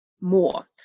more